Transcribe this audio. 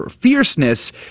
fierceness